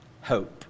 hope